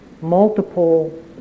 multiple